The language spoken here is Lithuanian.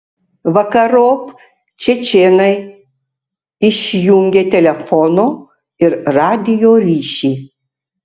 vakarop čečėnai išjungė telefono ir radijo ryšį